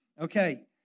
Okay